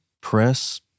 Press